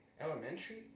elementary